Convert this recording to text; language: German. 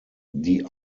die